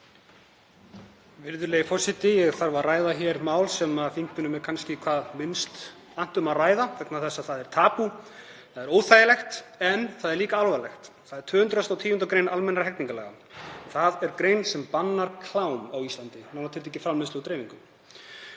Virðulegi forseti. Ég þarf að ræða hér mál sem þingmönnum er kannski hvað minnst annt um að ræða vegna þess að það er tabú, það er óþægilegt, en það er líka alvarlegt. Það er 210. gr. almennra hegningarlaga, grein sem bannar klám á Íslandi, nánar tiltekið framleiðslu og dreifingu.